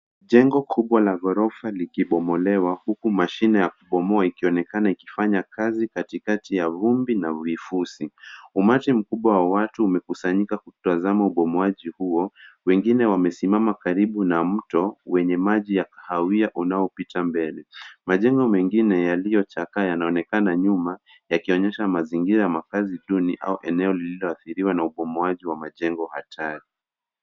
Jengo kubwa lenye ghorofa nyingi likibomolewa huku mashine ya uharibifu ikiendelea kufanya kazi katikati ya vumbi na vifusi. Umati mkubwa wa watu umekusanyika kuangalia bomoa hilo. Wengine wamesimama karibu na eneo lenye mabaki ya majengo yaliyoharibika